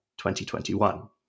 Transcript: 2021